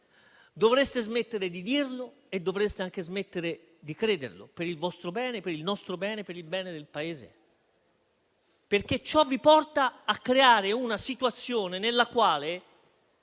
Dovreste smettere di dirlo e dovreste anche smettere di crederlo: per il vostro bene, per il nostro bene e per il bene del Paese. Ciò vi porta a creare infatti una situazione nella quale